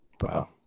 Wow